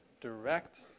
direct